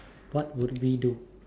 what would we do